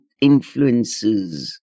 influences